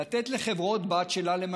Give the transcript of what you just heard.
לתת לחברות-בת שלה,